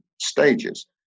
stages